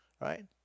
right